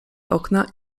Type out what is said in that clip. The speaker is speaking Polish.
okna